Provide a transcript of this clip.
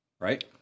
right